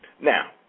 Now